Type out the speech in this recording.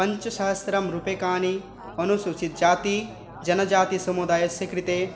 पञ्चसहस्रं रूप्यकाणि अनुसूचीतजातिजनजातिसमुदायस्य कृते